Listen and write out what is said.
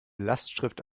lastschrift